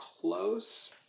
close